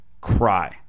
cry